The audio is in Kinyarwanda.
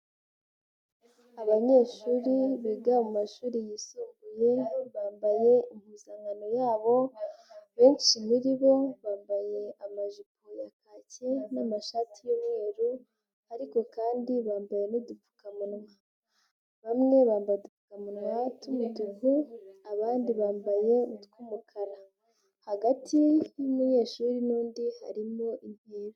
Abanyeshuri biga mu mumashuri yisumbuye bambaye impuzankano yabo benshi muri bo bambaye amajipo ya kaki n'amashati y'umweru ariko kandi bambaye n'udupfukamunwa, bamwe bambaye udupfumunwa tw'umutuku abandi bambaye utw'umukara hagati y'umunyeshuri n'undi harimo intera.